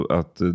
att